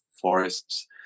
forests